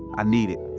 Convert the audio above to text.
i need it.